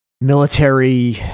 military